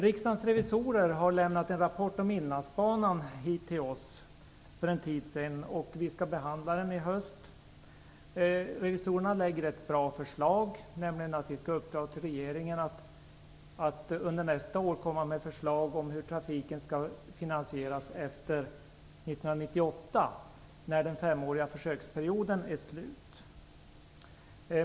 Riksdagens revisorer har för en tid sedan lämnat en rapport till oss om Inlandsbanan, och vi skall behandla den i höst. Revisorerna lägger fram ett bra förslag, att vi skall uppdra åt regeringen att under nästa år lägga fram förslag om hur trafiken skall finansieras efter 1998, när den femåriga försöksperioden är slut.